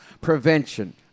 prevention